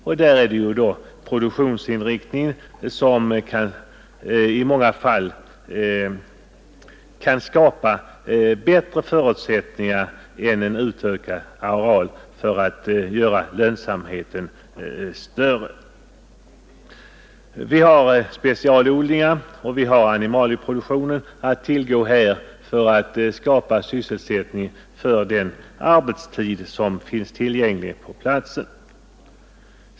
I många fall kan produktionsinriktningen skapa bättre förutsättningar för större lönsamhet än en utökad areal. Vi har specialodlingar och vi har animalieproduktion att tillgå för att skapa sysselsättning för den arbetskraft som finns tillgänglig på platsen.